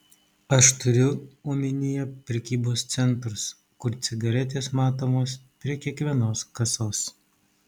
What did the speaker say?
aš turiu omenyje prekybos centrus kur cigaretės matomos prie kiekvienos kasos